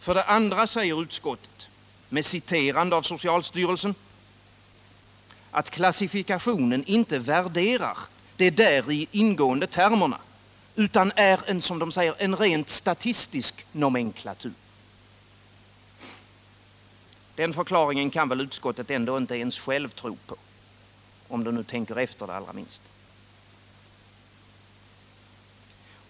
För det andra säger utskottet, citerande socialstyrelsen, att klassifikationen inte värderar de däri ingående termerna, utan är en rent statistisk nomenklatur. Den förklaringen kan väl utskottet ändå inte ens själv tro på, om de tänker efter det allra minsta?